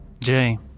Jay